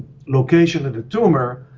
location of the tumor,